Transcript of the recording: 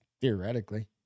Theoretically